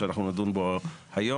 שאנחנו נדון בו היום,